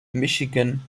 michigan